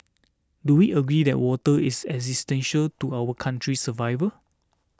Do we agree that water is existential to our country's survival